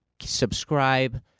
subscribe